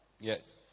Yes